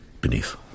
beneath